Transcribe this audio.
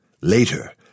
Later